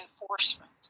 enforcement